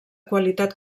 qualitat